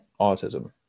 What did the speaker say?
autism